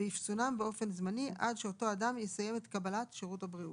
ואפסונם באופן זמני עד שאותו אדם יסיים את קבלת שירות הבריאות,